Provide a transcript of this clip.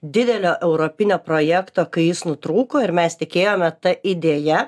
didelio europinio projekto kai jis nutrūko ir mes tikėjome ta idėja